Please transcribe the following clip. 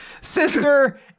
Sister